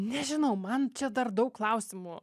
nežinau man čia dar daug klausimų